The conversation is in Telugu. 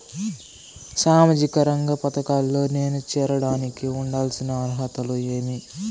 సామాజిక రంగ పథకాల్లో నేను చేరడానికి ఉండాల్సిన అర్హతలు ఏమి?